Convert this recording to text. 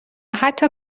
حتی